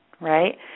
right